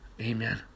Amen